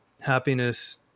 happiness